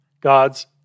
God's